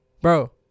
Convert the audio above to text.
Bro